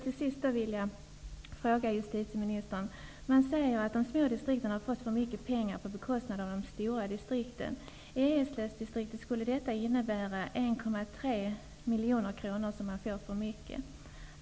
Det sägs att de små distrikten har fått för mycket pengar på bekostnad av de stora distrikten. I Eslövdistriktet skulle det innebära 1,3 miljoner kronor för mycket.